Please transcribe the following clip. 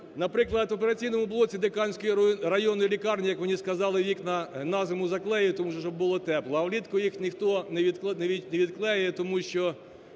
Наприклад, в операційному блоці Диканської районної лікарні, як мені сказали, вікна на зиму заклеїли тому, щоб було тепло, а влітку їх ніхто не відклеює, тому що